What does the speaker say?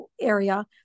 area